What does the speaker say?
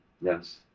Yes